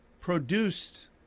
produced